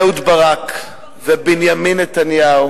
אהוד ברק ובנימין נתניהו